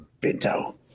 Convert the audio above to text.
bento